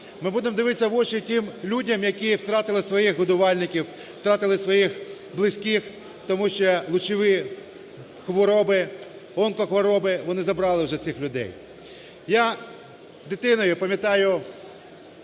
Ми будемо дивитися в очі тим людям, які втратили своїх годувальників, втратили своїх близьких, тому що лучові хвороби, онкохвороби, вони забрали вже цих людей. Я дитиною пам'ятаю